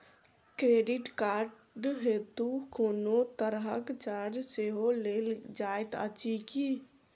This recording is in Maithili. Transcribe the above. क्रेडिट कार्ड हेतु कोनो तरहक चार्ज सेहो लेल जाइत अछि की?